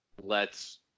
lets